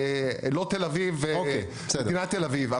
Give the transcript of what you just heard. לא תל אביב או מדינת תל אביב.